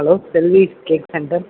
hello Selvi cake centre